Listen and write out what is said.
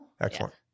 Excellent